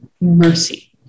Mercy